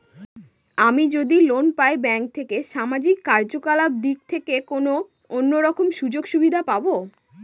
আমি যদি লোন পাই ব্যাংক থেকে সামাজিক কার্যকলাপ দিক থেকে কোনো অন্য রকম সুযোগ সুবিধা পাবো?